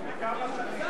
בכמה שנים?